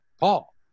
Paul